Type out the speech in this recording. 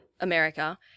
America